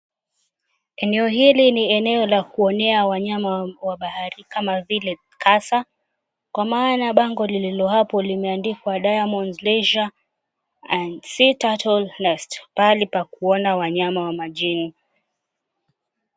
Eneo hili ni eneo la kuonea wanyama wa bahari kama vile kasa kwa maana bango lililo hapo limeandikwa, Diamond Leisure And Sea Turtle Nest, pahali pa kuona wanyama wa majini.